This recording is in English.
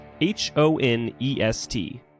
H-O-N-E-S-T